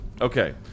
Okay